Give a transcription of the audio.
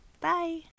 Bye